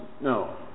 No